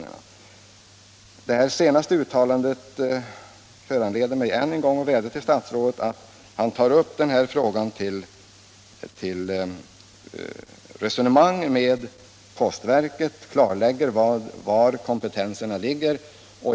Statsrådets senaste yttrande föranleder mig än en gång att vädja till statsrådet att ta upp denna fråga till resonemang med postverket för att klarlägga kompetensfördelningen.